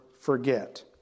forget